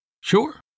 Sure